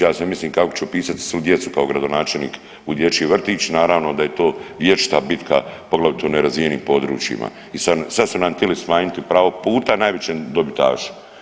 Ja se mislim kako ću upisat svu djecu kao gradonačelnik u dječji vrtić, naravno da je to vječita bitka, poglavito u nerazvijenim područjima i sad su nam tili smanjiti pravo puta najvećem dobitašu.